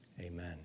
Amen